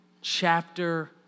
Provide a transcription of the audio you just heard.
chapter